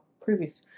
previous